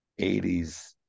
80s